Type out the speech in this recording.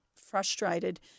frustrated